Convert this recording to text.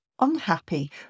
unhappy